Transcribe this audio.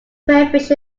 crayfish